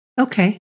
Okay